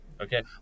Okay